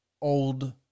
old